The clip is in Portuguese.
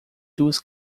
duas